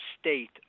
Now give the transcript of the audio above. state